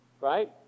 right